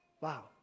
Wow